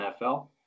NFL